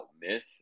myth